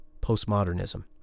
postmodernism